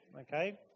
Okay